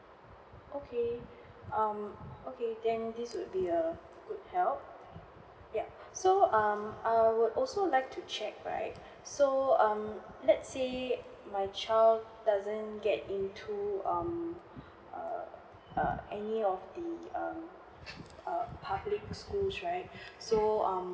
okay um okay then this would be a good help yeah so um I would also like to check right so um let's say my child doesn't get into um uh uh any of the um err public schools right so um